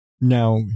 now